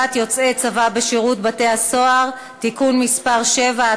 יוצאי צבא בשירות בתי-הסוהר) (תיקון מס' 7),